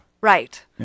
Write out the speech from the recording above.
Right